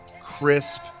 crisp